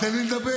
תן לי לדבר.